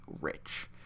rich